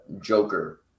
joker